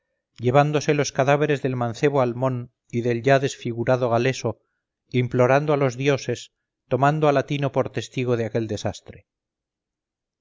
llevándose los cadáveres del mancebo almón y del ya desfigurado galeso implorando a los dioses tomando a latino por testigo de aquel desastre